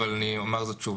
אבל אני אומר זאת שוב.